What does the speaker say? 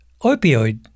opioid